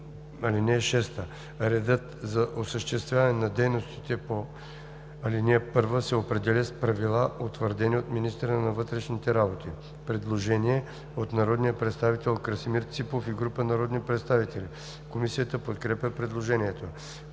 им. (6) Редът за осъществяване на дейностите по ал. 1 се определя с правила, утвърдени от министъра на вътрешните работи.“ Предложение от народния представител Красимир Ципов и група народни представители. Комисията подкрепя предложението.